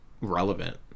relevant